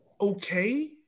okay